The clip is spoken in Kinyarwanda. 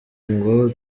ngo